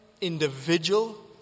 individual